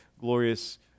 glorious